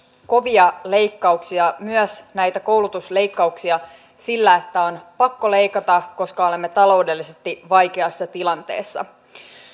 kovia leikkauksia ja myös näitä koulutusleikkauksia sillä että on pakko leikata koska olemme taloudellisesti vaikeassa tilanteessa